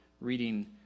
reading